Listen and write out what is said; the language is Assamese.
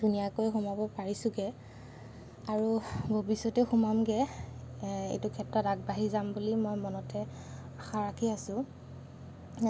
ধুনীয়াকৈ সোমাব পাৰিছোঁগৈ আৰু ভৱিষ্যতেও সোমামগৈ এইটো ক্ষেত্ৰত আগবাঢ়ি যাম বুলি মই মনতে আশা ৰাখি আছোঁ